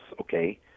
okay